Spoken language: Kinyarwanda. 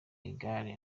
igare